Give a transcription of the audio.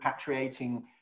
repatriating